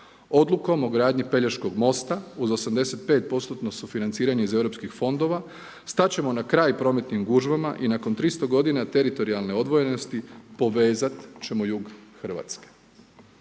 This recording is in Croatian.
Odlukom o gradnji pelješkog mosta uz 85% sufinanciranje iz EU fondova stati ćemo na kraj prometnim gužvama i nakon 300 godina teritorijalne odvojenosti povezati ćemo jug Hrvatske.